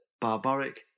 barbaric